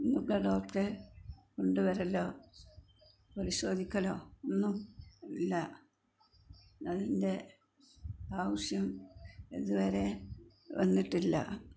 മൃഗ ഡോക്റ്റെ കൊണ്ടുവരലോ പരിശോധിക്കലോ ഒന്നും ഇല്ല അതിൻ്റെ ആവശ്യം ഇത് വരെ വന്നിട്ടില്ല